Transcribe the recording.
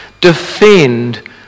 defend